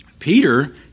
Peter